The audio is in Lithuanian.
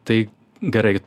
tai gerai